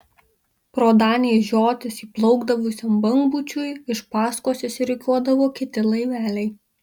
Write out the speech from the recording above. pro danės žiotis įplaukdavusiam bangpūčiui iš paskos išsirikiuodavo kiti laiveliai